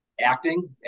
acting